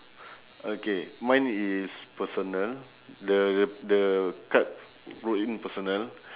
okay mine is personal the the card wrote in personal